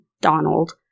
Donald